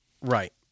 Right